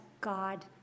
God